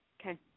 Okay